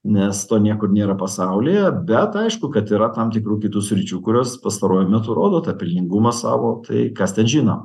nes to niekur nėra pasaulyje bet aišku kad yra tam tikrų kitų sričių kuriuos pastaruoju metu rodo tą pelningumą savo tai kas ten žino